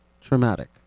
traumatic